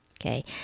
Okay